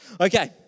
okay